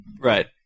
Right